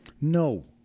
No